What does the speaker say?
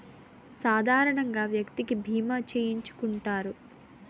సాధారణంగా వ్యక్తికి బీమా చేయించుకుంటారు